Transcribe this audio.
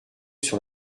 sur